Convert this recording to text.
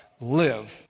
live